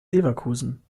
leverkusen